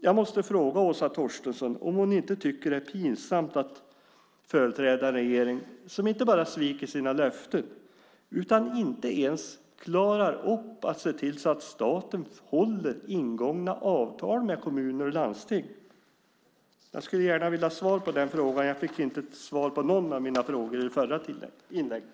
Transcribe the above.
Jag måste fråga Åsa Torstensson om hon inte tycker det är pinsamt att företräda en regering som inte bara sviker sina löften utan som inte ens klarar av att se till att staten håller ingångna avtal med kommuner och landsting. Jag skulle gärna vilja ha svar på den frågan. Jag fick inte svar på någon av mina frågor i det förra inlägget.